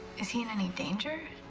is he in any danger?